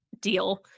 deal